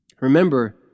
Remember